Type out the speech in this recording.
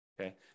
Okay